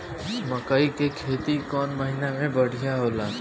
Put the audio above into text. मकई के खेती कौन महीना में बढ़िया होला?